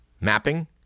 mapping